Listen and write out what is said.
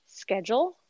schedule